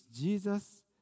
Jesus